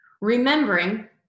Remembering